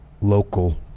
local